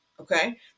okay